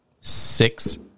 six